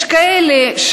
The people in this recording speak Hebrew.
יש כאלה,